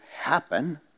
happen